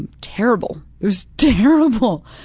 and terrible, it was terrible!